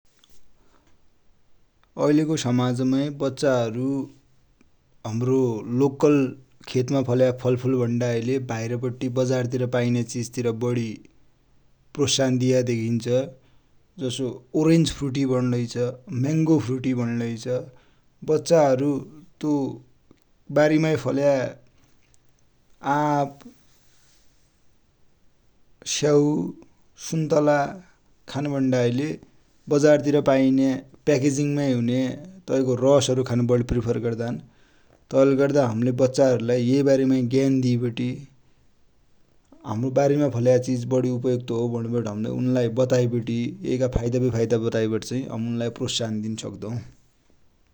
ऐले को समाज माइ बच्चाहरु हम्रो लोकल खेत माइ फल्या फलफुल भन्डाइले बाहिर पट्टी बजार तिर पाइने चिज तिर बडी प्रोत्साहन दिया देखिन्छ। जसो ओरेञ्ज फ्रुटी भन्याछ, म्याङो फ्रुटी भन्याछ । बच्चाहरु त्यो बारिमा फल्या आप, स्याउ, सुन्तला, खानु भन्दाले बजार तिर पाइने प्याकेजिङ तै को रस खानु बडी प्रिफर गर्दानु। तै ले गर्दा हमिले बच्चा हरु लाइ यै बारेमा ज्ञान दीबटी हमरो बारि मा फलेको चिज बडी उपयुक्त हो, भन्बटी हमिले उनलाइ बताइबटी यैका फाइदा बेफाइदा बताइबटि हम उन्लाइ प्रोत्साहन गर्सक्दौ ।